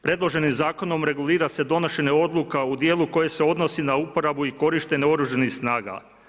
Predloženim zakonom regulira se donošenje odluka u dijelu koje se odnosi na uporabu i korištenje Oružanih snaga.